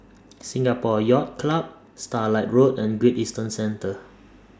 Singapore Yacht Club Starlight Road and Great Eastern Centre